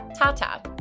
Tata